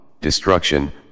destruction